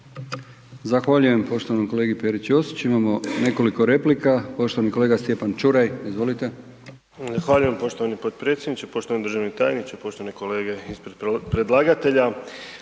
Zahvaljujem poštovanog kolegi Peri Ćosiću. Imamo nekoliko replika, poštovani kolega Stjepan Čuraj. Izvolite. **Čuraj, Stjepan (HNS)** Zahvaljujem poštovani potpredsjedniče, poštovani državni tajniče, poštovani kolege ispred predlagatelja.